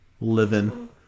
living